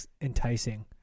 enticing